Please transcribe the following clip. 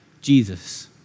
Jesus